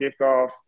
kickoff